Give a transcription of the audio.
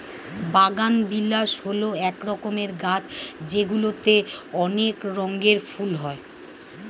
বাগানবিলাস হল এক রকমের গাছ যেগুলিতে অনেক রঙের ফুল হয়